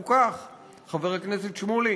חבר הכנסת שמולי